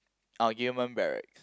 uh Gillman-Barracks